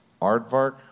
Aardvark